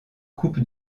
coupe